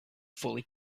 fully